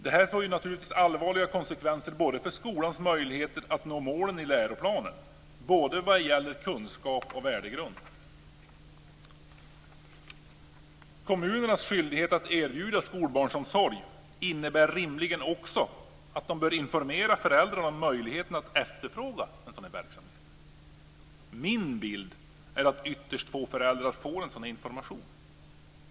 Detta får naturligtvis allvarliga konsekvenser för skolans möjligheter att nå målen i läroplanen. Det gäller både kunskaps och värdegrundsmål. Kommunernas skyldighet att erbjuda skobarnsomsorg innebär rimligen också att de bör informera föräldrarna om möjligheten att efterfråga sådan verksamhet. Min bild är att ytterst få föräldrar får en sådan information.